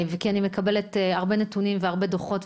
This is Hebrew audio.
וכי אני מקבלת הרבה נתונים והרבה דוחות,